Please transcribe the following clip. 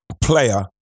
player